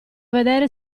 vedere